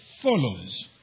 follows